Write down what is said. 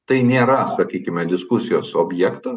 tai nėra sakykime diskusijos objektas